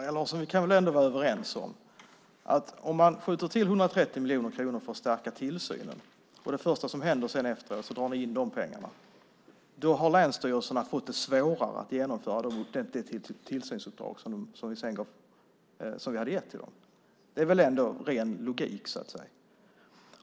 Fru talman! Vi kan väl ändå vara överens, Maria Larsson, om att om man skjuter till 130 miljoner kronor för att stärka tillsynen och det första som händer sedan är att ni drar in de pengarna har länsstyrelserna fått det svårare att genomföra de tillsynsuppdrag som vi hade gett dem. Det är väl ren logik.